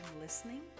listening